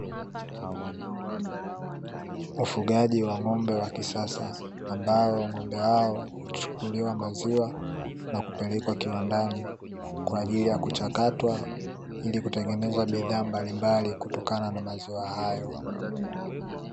Wafugaji wa ng'ombe wa kisasa ambao ng'ombe hao huchukuliwa maziwa na kupelekwa kiwandani kwa ajili ya kuchakatwa ili kutengeneza bidhaa mbalimbali kutokana na maziwa hayo.